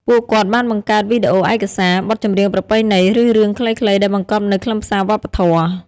ពួកគាត់បានបង្កើតវីដេអូឯកសារ បទចម្រៀងប្រពៃណី ឬរឿងខ្លីៗដែលបង្កប់នូវខ្លឹមសារវប្បធម៌។